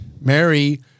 Mary